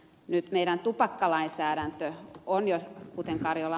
nyt meidän tupakkalainsäädäntömme on jo kuten ed